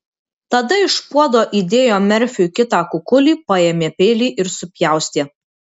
tada iš puodo įdėjo merfiui kitą kukulį paėmė peilį ir supjaustė